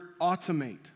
automate